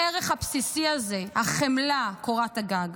הערך הבסיסי הזה, החמלה, קורת הגג.